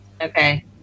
Okay